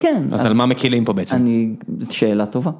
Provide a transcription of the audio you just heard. כן. אז על מה מקלים פה בעצם? שאלה טובה.